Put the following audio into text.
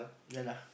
ya lah